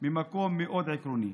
ממקום מאוד עקרוני.